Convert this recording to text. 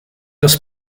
des